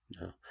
no